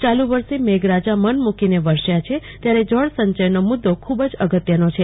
ચાલુ વર્ષે મેઘરાજા મન મુકીને વરસ્યા છે ત્યારે જળસંચયનો મુદ્દો ખુબ જ અગત્યનો છે